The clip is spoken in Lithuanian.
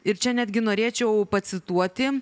ir čia netgi norėčiau pacituoti